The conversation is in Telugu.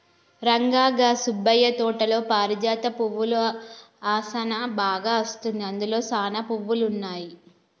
రంగా గా సుబ్బయ్య తోటలో పారిజాత పువ్వుల ఆసనా బాగా అస్తుంది, అందులో సానా పువ్వులు ఉన్నాయి